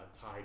tied